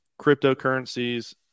cryptocurrencies